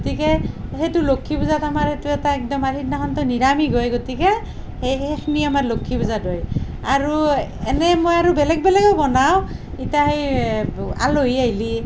গতিকে সেইটো লক্ষী পূজাত আমাৰ সেইটো এটা একদম আৰু সিদনাখানটো নিৰামিষ হয় গতিকে সেই সেইখিনি আমাৰ লক্ষী পূজাত হয় আৰু এনে মই আৰু বেলেগ বেলেগো বনাওঁ ইতা সেই আলহী আহিলি